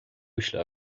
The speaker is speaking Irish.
uaisle